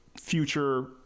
future